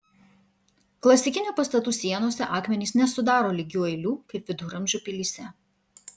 klasikinių pastatų sienose akmenys nesudaro lygių eilių kaip viduramžių pilyse